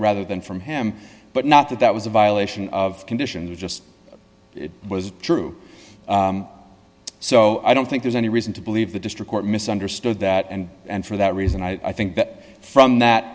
rather than from him but not that that was a violation of conditions just it was true so i don't think there's any reason to believe the district court misunderstood that and and for that reason i think that from that